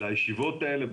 לישיבות האלה,